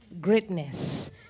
greatness